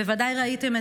בוודאי ראיתם,